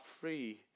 free